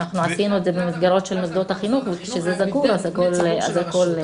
עשינו את זה במסגרות של מוסדות החינוך וכשזה סגור הכל סגור.